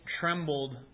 trembled